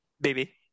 Baby